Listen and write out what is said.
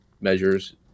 measures